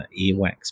earwax